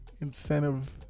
incentive